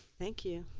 thank you.